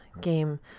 game